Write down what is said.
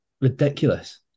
ridiculous